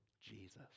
Jesus